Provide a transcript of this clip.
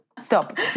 Stop